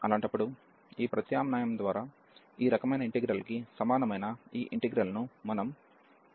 అలాంటప్పుడు ఈ ప్రత్యామ్నాయం ద్వారా ఈ రకమైన ఇంటిగ్రల్ కి సమానమైన ఈ ఇంటిగ్రల్ ను మనము డి లిగాండ్ చేస్తాము